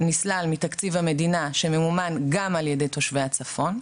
נסלל מתקציב המדינה שממומן גם על ידי תושבי הצפון,